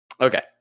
okay